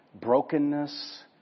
brokenness